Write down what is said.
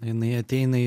jinai ateina į